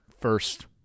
first